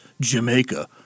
Jamaica